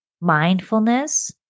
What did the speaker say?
mindfulness